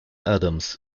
addams